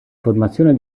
formazione